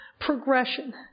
progression